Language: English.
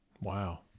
Wow